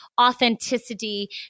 authenticity